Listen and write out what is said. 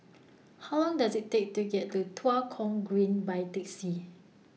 How Long Does IT Take to get to Tua Kong Green By Taxi